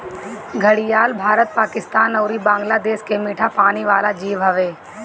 घड़ियाल भारत, पाकिस्तान अउरी बांग्लादेश के मीठा पानी वाला जीव हवे